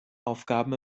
aufgaben